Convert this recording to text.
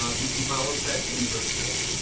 um you can follow session virtually.